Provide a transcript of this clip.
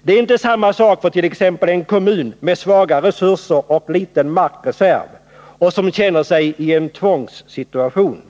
Det blir inte samma sak för t.ex. en kommun med svaga resurser och liten markreserv. Den upplever att den befinner sig i en tvångssituation.